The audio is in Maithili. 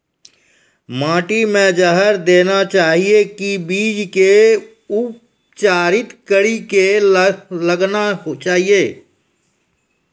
माटी मे जहर देना चाहिए की बीज के उपचारित कड़ी के लगाना चाहिए?